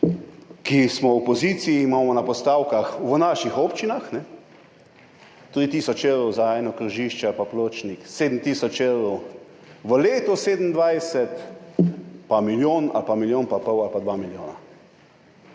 ki smo v opoziciji, imamo na postavkah v naših občinah 3 tisoč evrov za eno krožišče ali pa pločnik, 7 tisoč evrov, v letu 2027 pa milijon ali pa milijon pa pol ali pa 2 milijona.